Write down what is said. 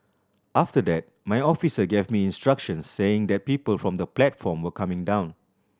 after that my officer gave me instructions saying that people from the platform were coming down